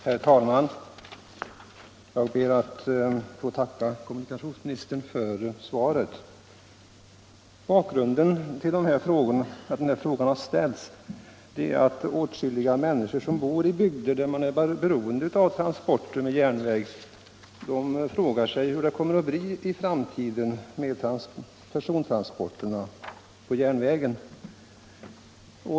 Herr talman! Jag ber att få tacka kommunikationsministern för svaret. Bakgrunden till att frågan har ställts är att åtskilliga människor som bor i bygder där man är beroende av transporter med järnväg frågar sig hur det kommer att bli i framtiden med persontransporterna på järnvägen.